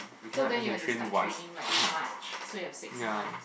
so then you have to start training like in March so you have six months